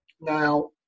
Now